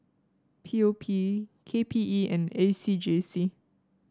P O P K P E and A C J C